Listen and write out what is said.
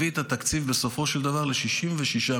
זה הביא את התקציב בסופו של דבר ל-66 מיליון,